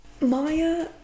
Maya